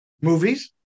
movies